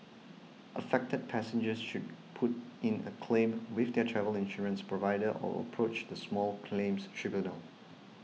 affected passengers should put in a claim with their travel insurance provider or approach the small claims tribunal